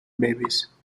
babies